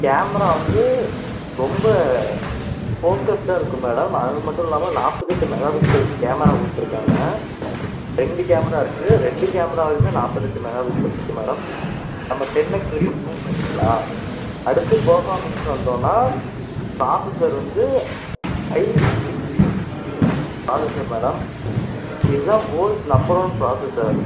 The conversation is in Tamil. கேமரா வந்து ரொம்ப ஃபோக்கஸ்டாக இருக்கும் மேடம் அது மட்டுல்லாம நாற்பத்தெட்டு மெகா பிக்சல் கேமரா கொடுத்துருக்காங்க ரெண்டு கேமரா இருக்கு ரெண்டு கேமராலையுமே நாற்பத்தெட்டு மெகா பிக்சல் இருக்கு மேடம் நம்ம டென் எக்ஸ் வரையும் ஜூம் பண்ணிக்கலாம் அடுத்து பர்ஃபார்மிங்குன்னு வந்தோன்னா பிராஸசர் வந்து ஐ சிக்ஸ்டீன் பிராஸசர் மேடம் இதுதான் வோர்ல்ட்ஸ் நம்பர் ஒன் பிராஸசர்